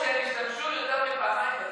הם אמרו שהם השתמשו יותר מפעמיים בצבא.